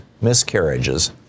miscarriages